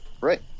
Right